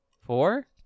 Four